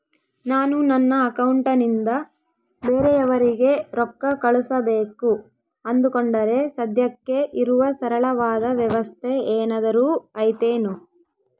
ನಾನು ನನ್ನ ಅಕೌಂಟನಿಂದ ಬೇರೆಯವರಿಗೆ ರೊಕ್ಕ ಕಳುಸಬೇಕು ಅಂದುಕೊಂಡರೆ ಸದ್ಯಕ್ಕೆ ಇರುವ ಸರಳವಾದ ವ್ಯವಸ್ಥೆ ಏನಾದರೂ ಐತೇನು?